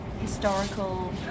historical